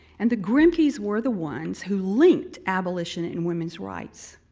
and the grimke's were the ones who linked abolition and women's rights.